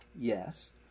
Yes